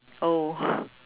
oh